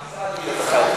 "עשה לי את החיל הזה".